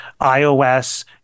ios